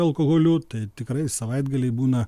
alkoholiu tai tikrai savaitgaliai būna